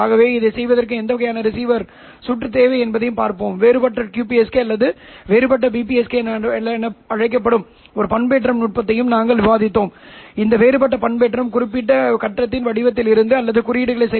எனவே ஒரு ஒத்திசைவான ரிசீவர் அல்லது சில நேரங்களில் ஒத்திசைவான ரிசீவர் என்று அழைக்கப்படுகிறது அடிப்படையில் ωIF இல் ஒரு சமிக்ஞையை உருவாக்கும் பொருட்டு ஒரு பெருக்கி உள்ளது அதைத் தொடர்ந்து ஒரு வடிகட்டி சரி